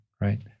right